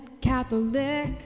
Catholic